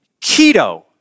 keto